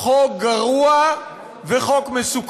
חוק גרוע ומסוכן.